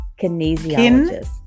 Kinesiologist